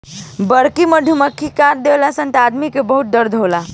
बड़की मधुमक्खी काट देली सन त आदमी के बहुत दर्द होखेला